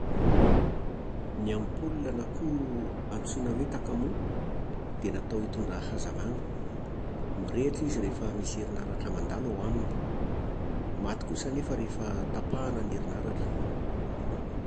Ny ampola na koa antsoina hoe takamoa dia natao hitondra hazavana. Mirehitra izy rehefa misy herinaratra mandalo ao aminy. Maty kosa anefa rehefa tapahana ny herinaratra.